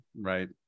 Right